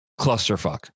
clusterfuck